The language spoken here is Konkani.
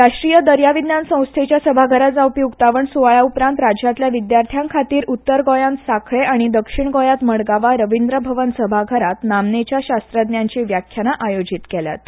राष्ट्रीय दर्या विज्ञान संस्थेच्या सभाघरांत जावपी उक्तावण सुवाळ्या उपरांत राज्यांतल्या विद्यार्थ्यां खातीर उत्तर गोंयांत सांखळे आनी दक्षीण गोंयांत मडगांवां रवींद्र भवन सभाघरांत नामनेच्या शास्त्रज्ञांची व्याख्यानां आयोजीत केल्यात